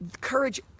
courage